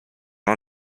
mam